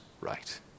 right